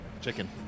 chicken